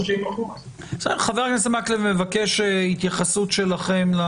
חבר הכנסת מקלב מבקש התייחסות מחקרית שלכם,